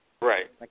Right